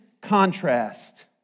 contrast